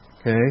Okay